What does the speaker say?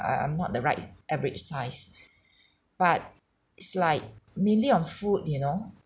uh I'm not the right average size but it's like mainly on food you know